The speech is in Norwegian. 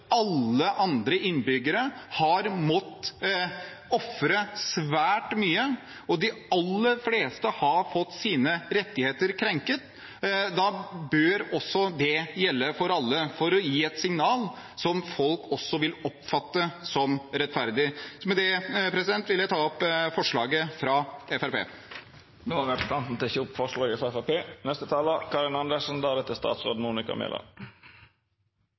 alle andre innbyggere har måttet ofre svært mye, og de aller fleste har fått sine rettigheter krenket. Da bør det også gjelde for alle, for å gi et signal som folk vil oppfatte som rettferdig. Med det vil jeg ta opp forslaget fra Fremskrittspartiet. Representanten Jon Engen-Helgheim har